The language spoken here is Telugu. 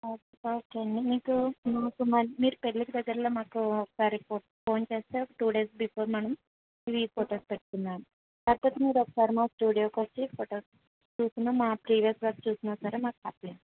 ఓకే ఓకే అండి మీకు మాకు మీరు పెళ్ళికి దగ్గరలో మాకు ఒకసారి ఫోర్ ఫోన్ చేస్తే టూ డేస్ బిఫోర్ మనం ఇవి ఫోటోస్ పెట్టుకుందాం కాకపోతే మీరు ఒకసారి మా స్టూడియోకి వచ్చి ఫోటోస్ చూసినా మా ప్రీవియస్ వర్క్ చూసిన సరే మాకు హ్యాపీ